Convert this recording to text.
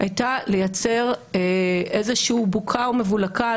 הייתה לייצר איזו שהיא בוקה ומבולקה,